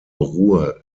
ruhe